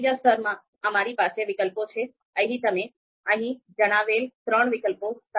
ત્રીજા સ્તરમાં અમારી પાસે વિકલ્પો છે